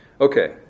Okay